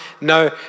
No